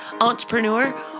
Entrepreneur